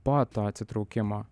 po to atsitraukimo